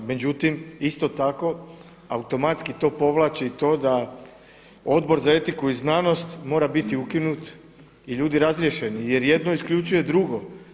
Međutim, isto tako automatski to povlači i to da Odbor za etiku i znanost mora biti ukinut i ljudi razriješeni, jer jedno isključuje drugo.